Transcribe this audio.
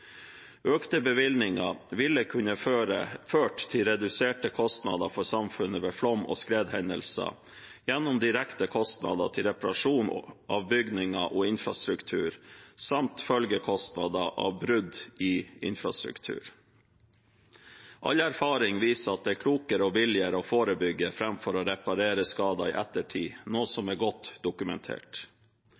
Økte bevilgninger ville kunne ført til reduserte kostnader for samfunnet ved flom- og skredhendelser gjennom direkte kostnader til reparasjon av bygninger og infrastruktur, samt følgekostnader av brudd i infrastruktur. All erfaring viser at det er klokere og billigere å forebygge framfor å reparere skader i ettertid, noe som er godt dokumentert.